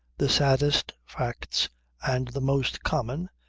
the saddest facts and the most common,